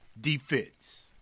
Defense